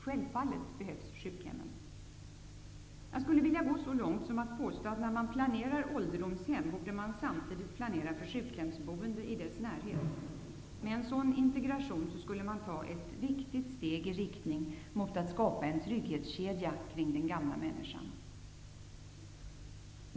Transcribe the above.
Självfallet behövs sjukhemmen.'' Jag skulle vilja gå så långt som att påstå, att när man planerar ålderdomshem borde man samtidigt planera för sjukhemsboende i närheten. Med en sådan integration skulle man ta ett viktigt steg i riktning mot att skapa en trygghetskedja kring den gamla människan.